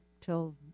till